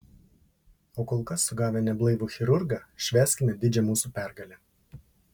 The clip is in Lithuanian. o kol kas sugavę neblaivų chirurgą švęskime didžią mūsų pergalę